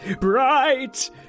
bright